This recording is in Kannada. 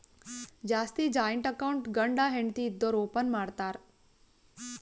ಜಾಸ್ತಿ ಜಾಯಿಂಟ್ ಅಕೌಂಟ್ ಗಂಡ ಹೆಂಡತಿ ಇದ್ದೋರು ಓಪನ್ ಮಾಡ್ತಾರ್